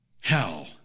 Hell